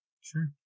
Sure